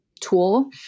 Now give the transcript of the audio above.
tool